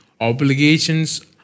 Obligations